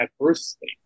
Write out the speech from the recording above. adversely